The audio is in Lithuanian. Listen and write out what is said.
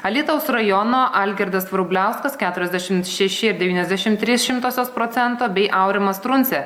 alytaus rajono algirdas vrubliauskas keturiasdešimt šeši ir devyniasdešimt trys šimtosios procento bei aurimas truncė